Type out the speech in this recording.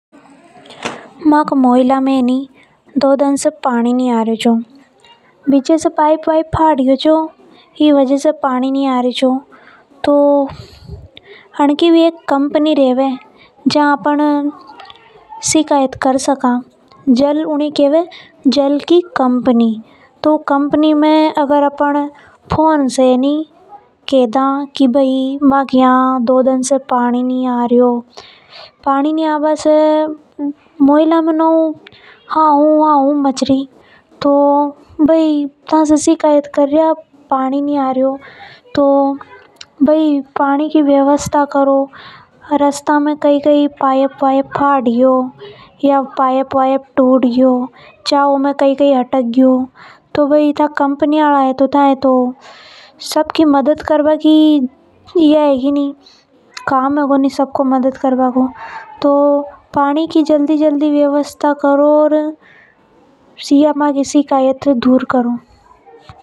मका मोहल्ला में दो दिन से पानी नि आ रियो तो बीच में से पाइप फट गयो होगा। तो उनकी भी एक कंपनी रेवे जा पे अपन शिकायत के सका। ऊ नि ये केव जल की कंपनी अगर अपन ई कंपनी में फोन लगकर खे देवा की दो दन से यहां पानी नि आ रियो । जीके कारण सब लोग ने घणी समस्या आ रि। मोहल्ला में नव हा ऊ मच रि तो मु शिकायत कर री की यहां को पाइप जल्दी ठीक करो या फेर यहां आके चेक करो। एके द्वारा फिर से पानी आ जावे हो।